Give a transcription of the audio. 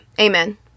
Amen